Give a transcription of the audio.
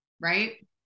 right